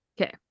Okay